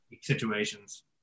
situations